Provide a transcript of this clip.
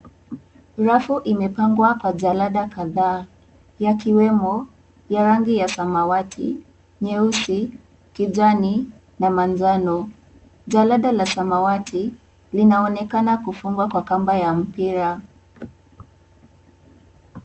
Rafu imepangwa kwa jarada kadhaa yakiwemo ya rangi ya samawati, nyeusi, kijani na manjano ,jarada la samawati linaonekana kufungwa kwa kamba ya mpira.